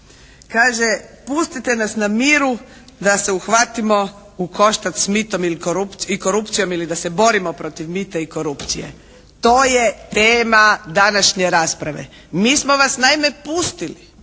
Kaže, pustite nas na miru da se uhvatimo u koštac s mitom i korupcijom ili da se borimo protiv mita i korupcije. To je tema današnje rasprave. Mi smo vas naime pustili,